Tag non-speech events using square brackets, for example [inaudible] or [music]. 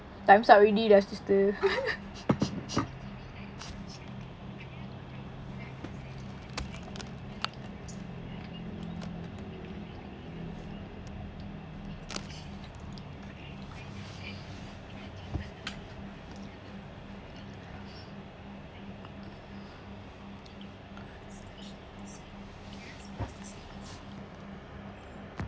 time's up already lah sister [laughs]